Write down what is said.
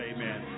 Amen